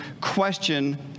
question